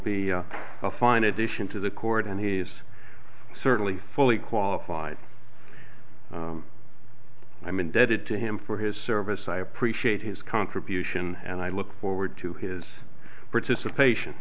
be a fine addition to the court and he is certainly fully qualified i'm indebted to him for his service i appreciate his contribution and i look forward to his participation